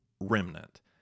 remnant